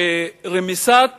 רמיסת